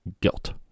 guilt